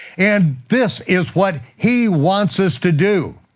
and this is what he wants us to do.